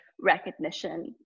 recognition